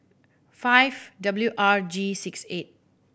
five W R G six eight